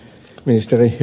täällä ed